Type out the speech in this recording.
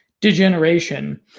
degeneration